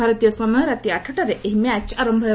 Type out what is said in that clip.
ଭାରତୀୟ ସମୟ ରାତି ଆଠଟାରେ ଏହି ମ୍ୟାଚ୍ ଆରମ୍ଭ ହେବ